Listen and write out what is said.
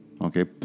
Okay